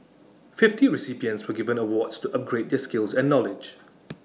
fifty recipients were given awards to upgrade their skills and knowledge